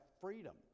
freedom